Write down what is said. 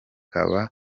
haba